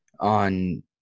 on